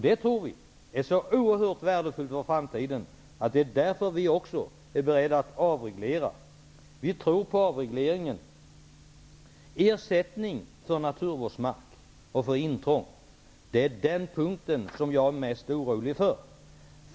Det tror vi är så oerhört värdefullt för framtiden att vi också är beredda att avreglera. Vi tror på avreglering. Jag är mest orolig för hur det skall bli med ersättningen för naturvårdsmark och intrång.